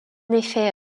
effet